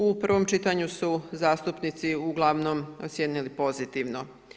U prvom čitanju su zastupnici uglavnom ocijenili pozitivno.